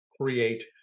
create